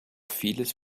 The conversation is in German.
vieles